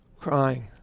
crying